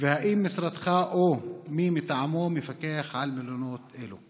2. האם משרדך או מי מטעמו מפקח על מלונות אלו?